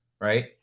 right